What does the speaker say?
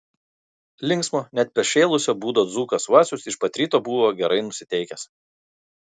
linksmo net pašėlusio būdo dzūkas vacius iš pat ryto buvo gerai nusiteikęs